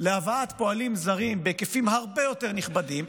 להבאת פועלים זרים בהיקפים הרבה יותר נכבדים,